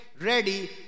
ready